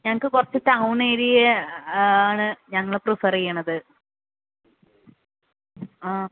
ഞങ്ങൾക്ക് കുറച്ച് town area ആണ് ഞങ്ങള് പ്രിഫർ ചെയ്യുന്നത് ആ